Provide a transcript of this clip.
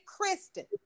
Kristen